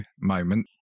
moment